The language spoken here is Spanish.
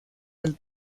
del